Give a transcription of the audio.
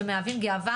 שמהווים גאווה,